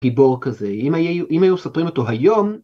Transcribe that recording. גיבור כזה אם היו מספרים אותו היום...